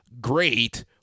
great